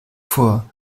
vor